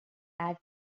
had